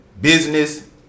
business